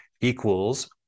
equals